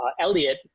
Elliot